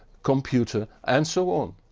computer and so on.